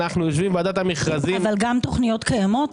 גם בתכניות קיימות?